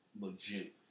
legit